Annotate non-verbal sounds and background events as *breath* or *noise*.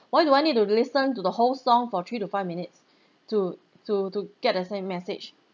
*breath* why do I need to listen to the whole song for three to five minutes *breath* to to to get the same message